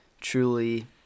truly